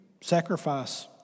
sacrifice